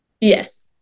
yes